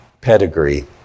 pedigree